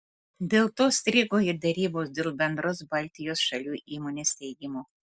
dėl to strigo ir derybos dėl bendros baltijos šalių įmonės steigimo